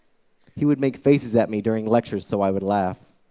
he would make faces at me during lectures so i would laugh.